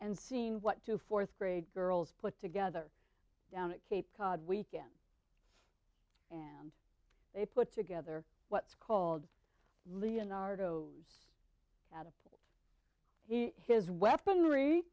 and seen what to fourth grade girls put together down at cape cod weekend and they put together what's called leonardo's in his weaponry